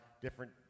different